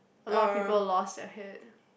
a lot of people lost their head